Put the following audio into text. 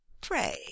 Pray